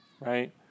right